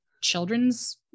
children's